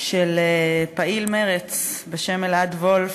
של פעיל מרצ בשם אלעד וולף,